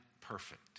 perfect